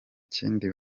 kindi